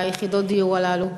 יחידות הדיור הללו?